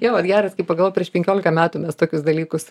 jo vat geras kaip pagalvo prieš penkiolika metų mes tokius dalykus